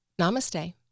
namaste